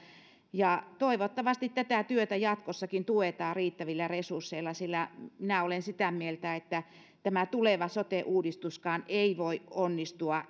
ja toivottavasti tätä työtä jatkossakin tuetaan riittävillä resursseilla sillä minä olen sitä mieltä että tämä tuleva sote uudistuskaan ei voi onnistua